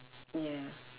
ya